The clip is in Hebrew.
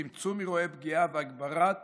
צמצום אירועי פגיעה והגברת